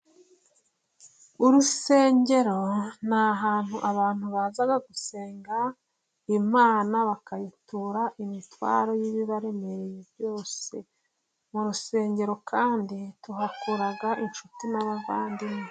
Urusengero ni ahantu abantu baza gusenga Imana, bakayitura imitwaro y'ibibaremereye byose, mu rusengero kandi tuhakura inshuti n'abavandimwe.